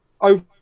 over